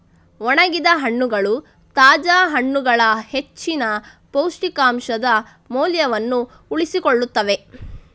ಒಣಗಿದ ಹಣ್ಣುಗಳು ತಾಜಾ ಹಣ್ಣುಗಳ ಹೆಚ್ಚಿನ ಪೌಷ್ಟಿಕಾಂಶದ ಮೌಲ್ಯವನ್ನು ಉಳಿಸಿಕೊಳ್ಳುತ್ತವೆ